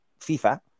FIFA